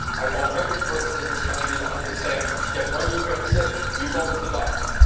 i want every person in this country to understand that when you get sick, you go to the doctor.